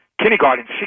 kindergarten